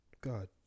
god